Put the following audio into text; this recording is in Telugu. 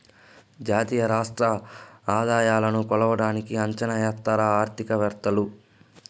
జాతీయ రాష్ట్ర ఆదాయాలను కొలవడానికి అంచనా ఎత్తారు ఆర్థికవేత్తలు